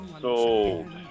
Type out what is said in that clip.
Sold